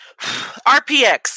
RPX